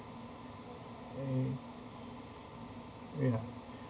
eh wait ah